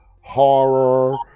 Horror